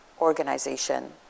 organization